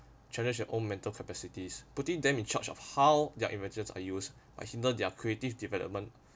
challenge your own mental capacities putting them in charge of how their inventions are used by hinder their creative development